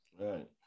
right